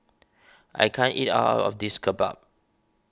I can't eat all of this Kimbap